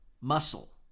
muscle